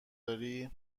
داری